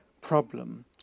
problem